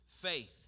faith